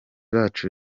bacu